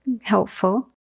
helpful